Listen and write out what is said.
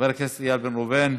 חבר הכנסת איל בן ראובן,